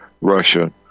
russia